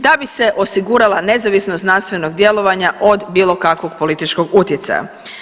Da bi se osigurala nezavisnost znanstvenog djelovanja od bilo kakvog političkog utjecaja.